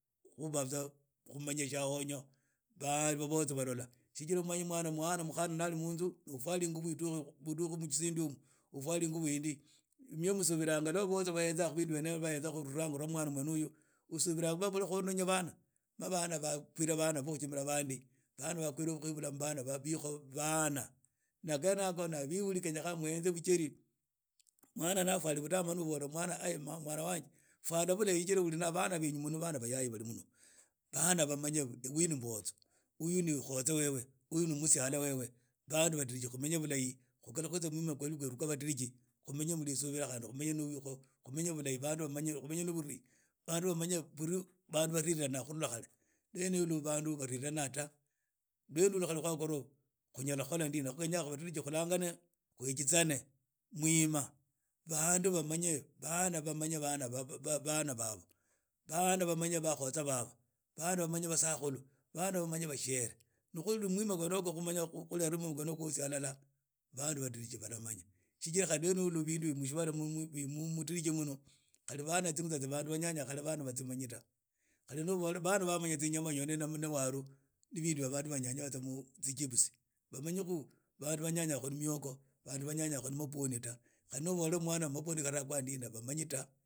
Khuba tsa khumanaya tsiahonyo baa babozo balola tsijira umanye mwana mukhana na ali munzu na ufwali inguu iduuchi mushisindi umu ufwali ingubu yindi osubira lwa babozo bahenza khu bindu byene hibi lwa bahenza khu lurango lwa mwana wene uyu musibila ma mubuli khononya bana ma bana bagwile banaa bo khijimira bandi bana bakhwire bo khwibura mu biko ban ana ghene yago ni biburi genya muhenze mwana ni afwali budamanu umbola mwana aaai mwna wanje fwala bulahi chijira bana bayaye bali muno kijira bana bamanye uyu nim bozo uyu ni lhotsa wewe uyu ni mtsiala webe khu bandu badiriji khumenye bulahi khukhalukhe tsa mu mwia khwa badiriji khumanye mursubila khandi khumenye mu bwiko khumenye bulahi bandu bamanye khumenye nu buri bandu banmanye khuli bandu balikhana lwene yilu banu warerhana ta khunyala khukhola ndina bandu badiriji khenyekhana khulangane khwikhitsane mwima bandu bamanye bana bamanye ba babana babo bana bamanye bakhotsa babo bana bamanye basakhulu bana bamanye bashiere ni khuli no mwima khwene ygwo khumanye khowsi haalala bandu bosi balamanya shijira khali lwene hulu mushibala u diriji muno khali bana tsingutsa tsaya bandu banyanya kahle bana bamanyi ta khali ni ubola bana bamanya tsa inyama na waru na bindu bya bandu banyanya tsa tsijibusi bamanye bandu banyanya khu mihokho bana banyanya khu mabwoni ta kahli ni ubola khu mwana khalangwa ndina bamanyi ta.